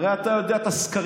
הרי אתה יודע את הסקרים,